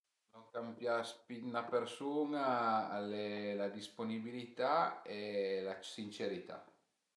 Lon ch'an pias pi dë 'na persun-a al e la disponibilità e la sincerità